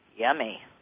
Yummy